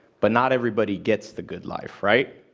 but not everybody gets the good life, right?